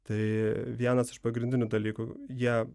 tai vienas iš pagrindinių dalykų jie